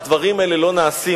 הדברים האלה לא נעשים,